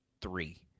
three